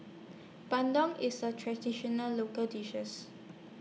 Bandung IS A Traditional Local